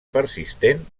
persistent